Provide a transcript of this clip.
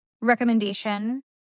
recommendation